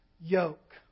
yoke